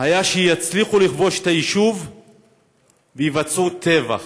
היה שיצליחו לכבוש את היישוב ויעשו טבח,